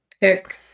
pick